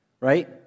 right